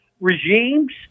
regimes